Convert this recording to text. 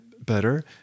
better